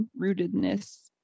rootedness